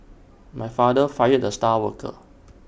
my father fired the star worker